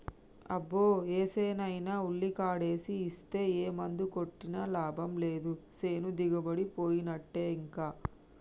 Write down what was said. అబ్బో ఏసేనైనా ఉల్లికాడేసి ఇస్తే ఏ మందు కొట్టినా లాభం లేదు సేను దిగుబడిపోయినట్టే ఇంకా